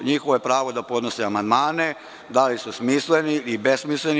Njihovo je pravo da podnose amandmane, da li su smisleni ili besmisleni.